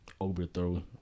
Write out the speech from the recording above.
overthrow